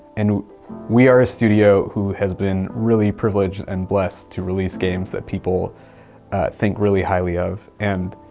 and we are a studio who has been really privileged and blessed to release games that people think really highly of, and,